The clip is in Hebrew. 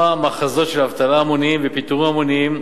מחזות של אבטלה המונית ופיטורים המוניים,